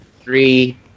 three